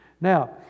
Now